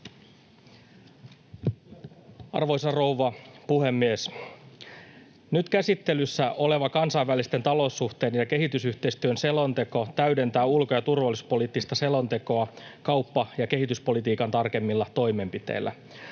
Arvoisa rouva puhemies! Nyt käsittelyssä oleva kansainvälisten taloussuhteiden ja kehitysyhteistyön selonteko täydentää ulko- ja turvallisuuspoliittista selontekoa kauppa- ja kehityspolitiikan tarkemmilla toimenpiteillä.